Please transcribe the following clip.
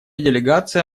делегация